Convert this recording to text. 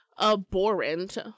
abhorrent